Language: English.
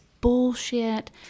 Bullshit